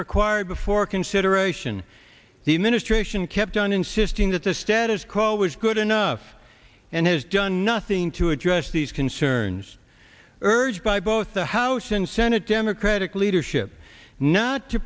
required before consideration the administration kept on insisting that the status quo was good enough and has done nothing to address these concerns urged by both the house and senate democratic leadership not to